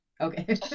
Okay